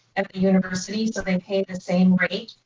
at the university. so they pay the same rate